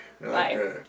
Bye